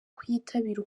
kuyitabira